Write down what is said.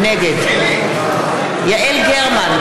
נגד יעל גרמן,